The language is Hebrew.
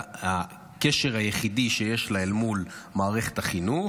הקשר היחידי שיש לה אל מול מערכת החינוך,